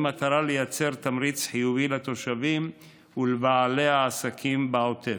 במטרה לייצר תמריץ חיובי לתושבים ולבעלי העסקים בעוטף.